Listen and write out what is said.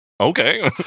Okay